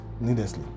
needlessly